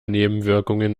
nebenwirkungen